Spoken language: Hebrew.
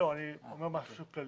אני אומר משהו שהוא כללי,